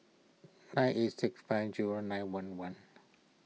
nine eight six five zero nine one one